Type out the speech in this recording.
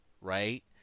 right